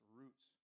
roots